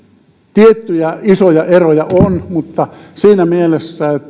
tiettyjä isoja eroja on siinä mielessä